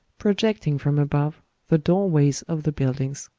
projecting from above the door-ways of the buildings.